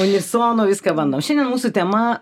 unisonu viską bandom šiandien mūsų tema